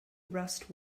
rust